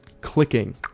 clicking